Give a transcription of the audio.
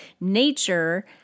Nature